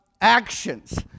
actions